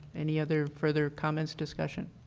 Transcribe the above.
any other further comments, discussion?